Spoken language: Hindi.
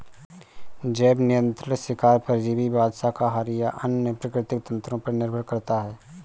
जैव नियंत्रण शिकार परजीवीवाद शाकाहारी या अन्य प्राकृतिक तंत्रों पर निर्भर करता है